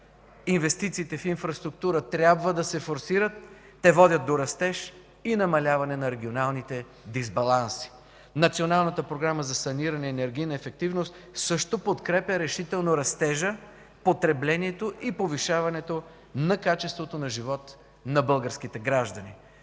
Инвестициите в инфраструктура трябва да се форсират. Те водят до растеж и намаляване на регионалните дисбаланси. Националната програма за саниране и енергийна ефективност също подкрепя решително растежа, потреблението и повишаването на качеството на живот на българските граждани.